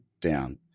down